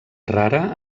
rara